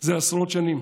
זה עשרות שנים